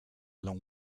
long